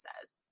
says